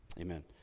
amen